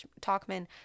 Talkman